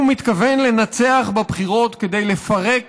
הוא מתכוון לנצח בבחירות כדי לפרק